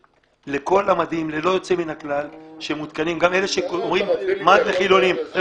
שמותקנים, גם אלה שרואים מד לחילונים.